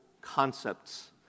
concepts